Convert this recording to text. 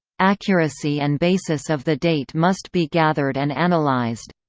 accuracy and basis of the date must be gathered and analyzed.